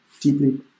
deeply